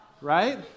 right